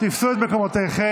תפסו את מקומותיכם.